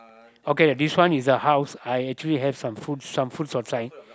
okay this one is the house I actually have some fruits some fruits outside